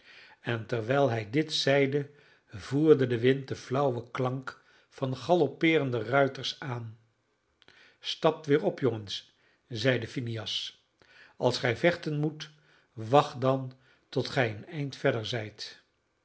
en terwijl hij dit zeide voerde de wind den flauwen klank van galoppeerende ruiters aan stapt weer op jongens zeide phineas als gij vechten moet wacht dan tot gij een eind verder zijt